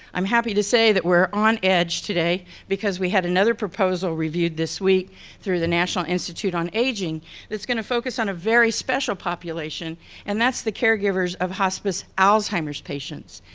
i'm happy to say that we're on edge today because we had another proposal reviewed this week through the national institute on aging that's gonna focus on a very special population and that's the caregivers of hospice alzheimer's patients.